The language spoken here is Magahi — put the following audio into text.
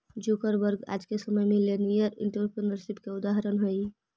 जुकरबर्ग आज के समय में मिलेनियर एंटरप्रेन्योर के उदाहरण हई